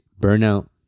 burnout